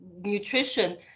Nutrition